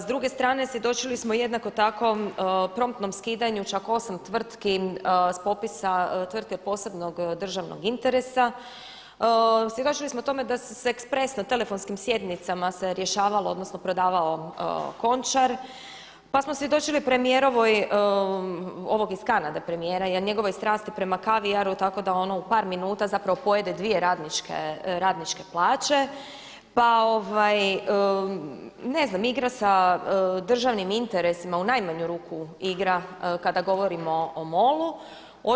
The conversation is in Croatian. S druge strane svjedočili smo jednako tako promptnom skidanju čak 8 tvrtki s popisa tvrtke od posebnog državnog interesa, svjedočili smo tome da se ekspresno telefonskim sjednicama se rješavalo odnosno prodavao Končar, pa smo svjedočili premijerovoj, ovog iz Kanade premijera njegovoj strasti prema kavijaru tako ono u par minuta zapravo pojede dvije radničke plaće, pa ne znam igra sa državnim interesima u najmanju ruku igra kada govorimo o MOL-u.